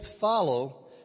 follow